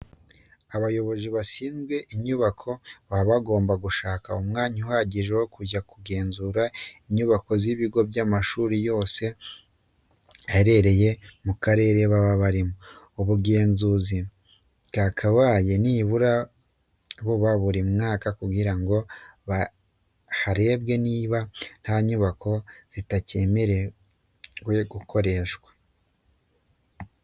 Abayobozi bashinzwe inyubako baba bagomba gushaka umwanya uhagije wo kujya kugenzura inyubako z'ibigo by'amashuri yose aherereye mu karere baba barimo. Ubu bugenzuzi bwakabaye nibura buba buri mwaka kugira ngo harebwe niba nta nyubako zitacyemerewe gukoreshwa.